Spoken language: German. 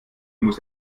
muss